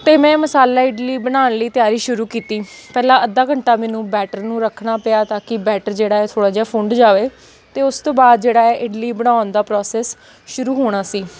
ਅਤੇ ਮੈਂ ਮਸਾਲਾ ਇਡਲੀ ਬਣਾਉਣ ਲਈ ਤਿਆਰੀ ਸ਼ੁਰੂ ਕੀਤੀ ਪਹਿਲਾਂ ਅੱਧਾ ਘੰਟਾ ਮੈਨੂੰ ਬੈਟਰ ਨੂੰ ਰੱਖਣਾ ਪਿਆ ਤਾਂ ਕਿ ਬੈਟਰ ਜਿਹੜਾ ਥੋੜ੍ਹਾ ਜਿਹਾ ਫੁੰਡ ਜਾਵੇ ਅਤੇ ਉਸ ਤੋਂ ਬਾਅਦ ਜਿਹੜਾ ਇਡਲੀ ਬਣਾਉਣ ਦਾ ਪ੍ਰੋਸੈੱਸ ਸ਼ੁਰੂ ਹੋਣਾ ਸੀ